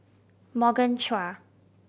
Morgan Chua